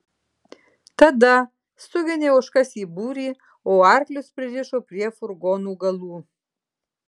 tada suginė ožkas į būrį o arklius pririšo prie furgonų galų